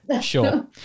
sure